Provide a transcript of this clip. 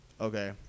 Okay